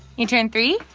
you turned three?